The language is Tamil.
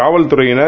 காவல்துறையினர்